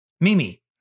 Mimi